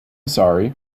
sorry